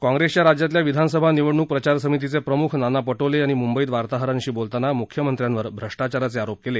काँग्रेसच्या राज्यातल्या विधानसभा निवडणूक प्रचार समितीचे प्रम्ख नाना पटोले यांनी म्ंबईत वार्ताहरांशी बोलताना म्ख्यमंत्र्यांवर भ्रष्टाचाराचे आरोप केले